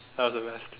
that was the best